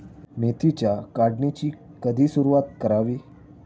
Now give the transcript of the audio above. मेथीच्या काढणीची कधी सुरूवात करावी?